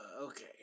Okay